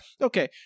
Okay